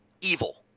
evil